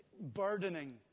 burdening